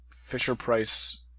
Fisher-Price